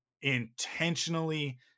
intentionally